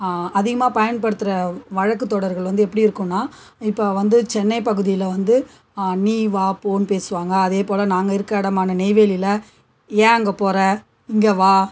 அதிகமாக பயன்படுத்துகிற வழக்குக்கு தொடர்கள் வந்து எப்படி இருக்கும்னா இப்போ வந்து சென்னை பகுதியில் வந்து நீ வா போகணு பேசுவாங்கள் அதேபோல நாங்கள் இருக்கிற இடம்மான நெய்வேலியில் ஏன் அங்கே போகிற இங்கே வா